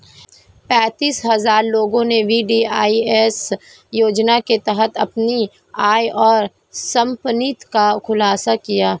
पेंतीस हजार लोगों ने वी.डी.आई.एस योजना के तहत अपनी आय और संपत्ति का खुलासा किया